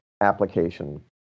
application